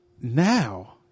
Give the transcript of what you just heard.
Now